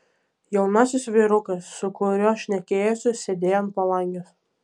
jaunasis vyrukas su kuriuo šnekėjosi sėdėjo ant palangės